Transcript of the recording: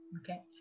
Okay